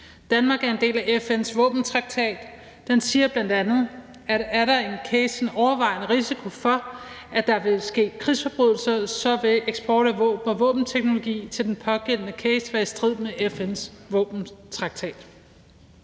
Danmark er en del af FN's våbentraktat, og den siger bl.a., at er der i en case en overvejende risiko for, at der vil ske krigsforbrydelser, vil eksport af våben og våbenteknologi til den pågældende case være i strid med FN's våbentraktat.